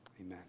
amen